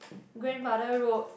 grandfather road